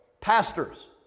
Pastors